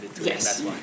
Yes